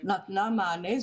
נתנה מענה,